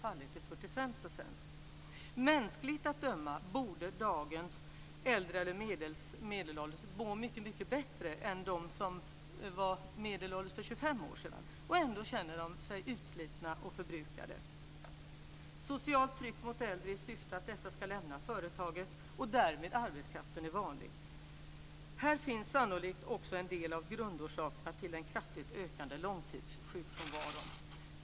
1998 Mänskligt att döma borde dagens äldre eller medelålders må mycket bättre än de som var medelålders för 25 år sedan, och ändå känner de sig utslitna och förbrukade. Socialt tryck mot äldre i syfte att dessa ska lämna företaget och därmed arbetskraften är vanligt. Här finns sannolikt också en del av grundorsakerna till den kraftigt ökande långtidssjukfrånvaron.